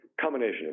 combination